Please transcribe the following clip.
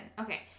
Okay